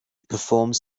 performs